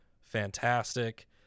fantastic